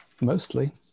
mostly